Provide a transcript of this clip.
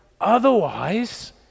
Otherwise